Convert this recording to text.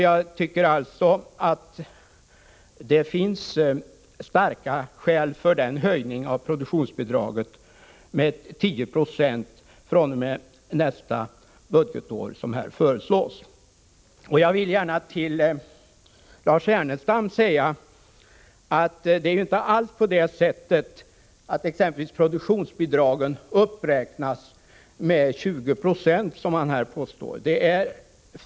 Jag tycker alltså att det finns starka skäl för den höjning av produktionsbidraget med 10 9 fr.o.m. nästa budgetår som här föreslås. Jag vill gärna till Lars Ernestam säga att det inte alls är så att produktionsbidragen uppräknas med 20 96, som han påstår.